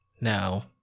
Now